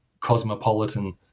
cosmopolitan